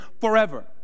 forever